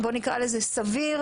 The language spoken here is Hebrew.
בוא נקרא לזה סביר,